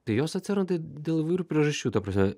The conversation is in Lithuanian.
tai jos atsiranda dėl įvairių priežasčių ta prasme